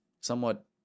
somewhat